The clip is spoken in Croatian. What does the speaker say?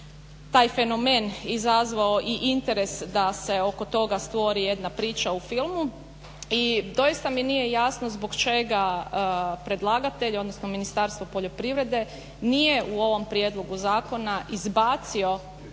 taj fenomen izazvao i interes da se oko toga stvori jedna priča u filmu. I doista mi nije jasno zbog čega predlagatelj odnosno Ministarstvo poljoprivrede nije u ovom prijedlogu zakona izbacio